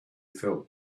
felt